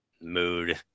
mood